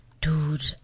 Dude